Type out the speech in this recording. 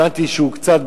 הבנתי שהוא קצת,